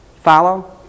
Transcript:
follow